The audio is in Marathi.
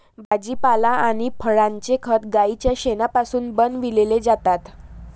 भाजीपाला आणि फळांचे खत गाईच्या शेणापासून बनविलेले जातात